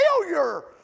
failure